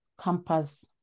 campus